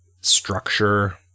structure